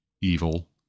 evil